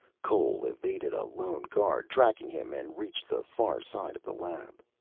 cole evaded a lone guard tracking him and reached the far side of the lab.